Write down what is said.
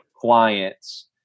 clients